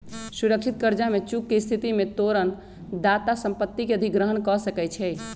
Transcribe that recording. सुरक्षित करजा में चूक के स्थिति में तोरण दाता संपत्ति के अधिग्रहण कऽ सकै छइ